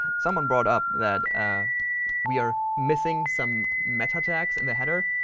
someone brought up that we are missing some meta tags in the header.